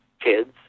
kids